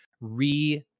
re